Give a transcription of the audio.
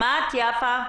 שמעת, יפה?